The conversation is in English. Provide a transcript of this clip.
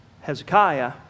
hezekiah